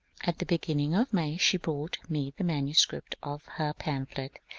at the beginning of may she brought me the manuscript of her pamphlet,